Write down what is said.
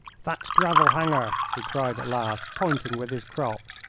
that's gravel hanger, he cried at last, pointing with his crop,